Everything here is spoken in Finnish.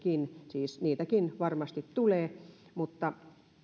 siis niitäkin varmasti tulee mutta pitää aina miettiä sitten lopullinen